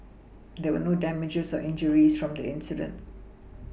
there were no damages or injuries from the incident